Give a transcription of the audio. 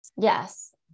Yes